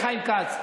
חבר הכנסת חיים כץ,